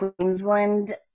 Queensland